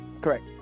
Correct